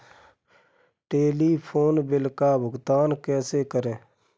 Telephone bill का भुगतान कैसे करें?